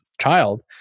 child